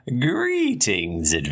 Greetings